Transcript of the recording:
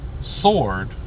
sword